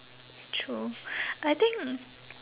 true I think